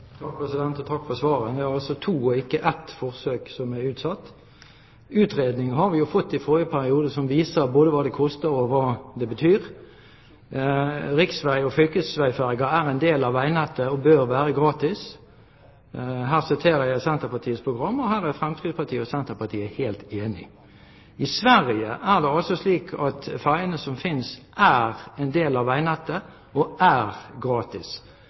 Takk for svaret. Det er altså to og ikke ett forsøk som er utsatt. Utredning har vi jo fått i forrige periode, som viser både hva det koster, og hva det betyr. «Riksveg- og fylkesvegferjer er ein del av vegnettet og bør vere gratis.» Her siterer jeg Senterpartiets program, og her er Fremskrittspartiet og Senterpartiet helt enige. I Sverige er det slik at ferjene som finnes, er en del av veinettet og er gratis.